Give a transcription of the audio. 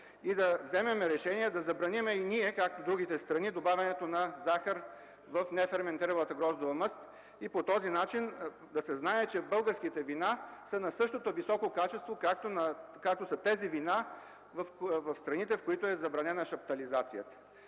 Да вземем решение да забраним и ние, както другите страни, добавянето на захар в неферментиралата гроздова мъст. По този начин да се знае, че българските вина са със същото високо качество, както тези в страните, в които е забранена шаптализацията.